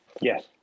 Yes